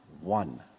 one